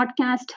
podcast